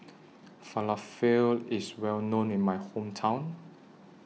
Falafel IS Well known in My Hometown